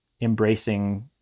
embracing